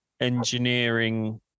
engineering